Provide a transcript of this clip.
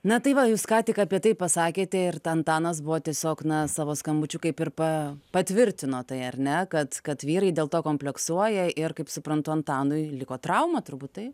na tai va jūs ką tik apie tai pasakėte ir antanas buvo tiesiog na savo skambučiu kaip ir pa patvirtino tai ar ne kad kad vyrai dėl to kompleksuoja ir kaip suprantu antanui liko trauma turbūt taip